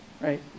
right